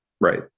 Right